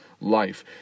life